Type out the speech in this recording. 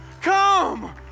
Come